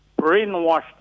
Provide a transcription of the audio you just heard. brainwashed